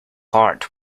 heart